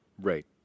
right